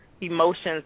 emotions